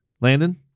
Landon